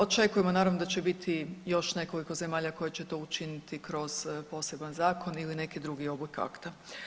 Očekujemo naravno da će biti još nekoliko zemalja koje će to učiniti kroz poseban zakon ili neki drugi oblik akta.